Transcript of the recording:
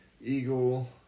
eagle